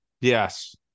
Yes